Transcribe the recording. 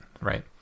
right